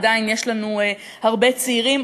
עדיין יש לנו הרבה צעירים,